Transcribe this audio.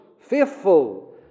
faithful